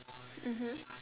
mmhmm